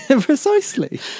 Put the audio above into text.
Precisely